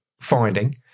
finding